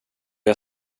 jag